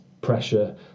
pressure